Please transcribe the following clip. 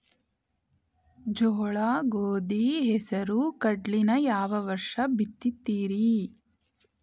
ಜೋಳ, ಗೋಧಿ, ಹೆಸರು, ಕಡ್ಲಿನ ಯಾವ ವರ್ಷ ಬಿತ್ತತಿರಿ?